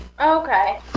Okay